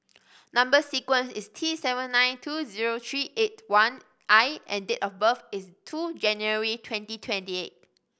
number sequence is T seven nine two zero three eight one I and date of birth is two January twenty twenty eight